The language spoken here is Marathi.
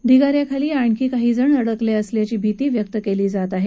ढिगा याखाली आणखी काही जण अडकले असण्याची भीती व्यक्त केली जात आहे